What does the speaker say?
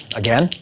again